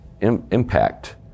impact